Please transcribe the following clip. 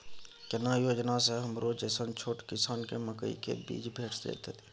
केना योजना स हमरो जैसन छोट किसान के मकई के बीज भेट जेतै?